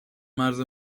مرز